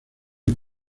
les